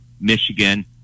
Michigan